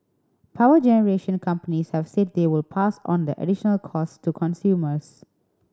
power generation companies have said they will pass on the additional costs to consumers